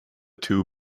two